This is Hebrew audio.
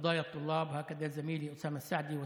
ביממה אני דואג לענייני הסטודנטים,